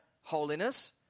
holiness